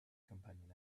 companion